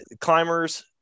climbers